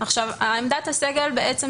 עמדת הסגל תאמר